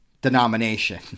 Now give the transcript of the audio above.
denomination